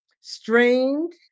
strained